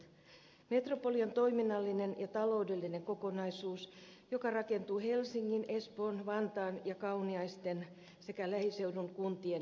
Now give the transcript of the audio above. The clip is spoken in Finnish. metropoli on toiminnallinen ja taloudellinen kokonaisuus joka rakentuu helsingin espoon vantaan ja kauniaisten sekä lähiseudun kuntien ympärille